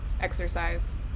exercise